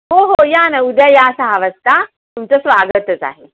हो हो या ना उद्या या सहा वाजता तुमचं स्वागतच आहे